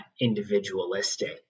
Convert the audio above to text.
individualistic